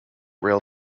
rail